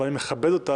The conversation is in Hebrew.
אבל אני מכבד אותה,